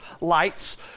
lights